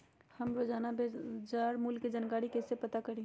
हम रोजाना बाजार मूल्य के जानकारी कईसे पता करी?